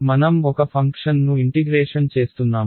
మనం ఒక ఫంక్షన్ను ఇంటిగ్రేషన్ చేస్తున్నాము